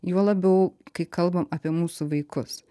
juo labiau kai kalbam apie mūsų vaikus